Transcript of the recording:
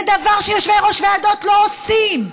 זה דבר שיושבי-ראש ועדות לא עושים,